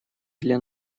для